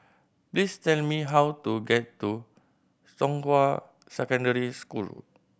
please tell me how to get to Zhonghua Secondary School